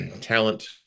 talent